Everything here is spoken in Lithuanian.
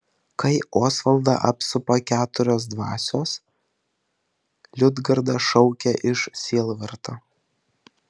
kai osvaldą apsupa keturios dvasios liudgarda šaukia iš sielvarto